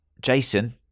Jason